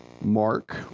Mark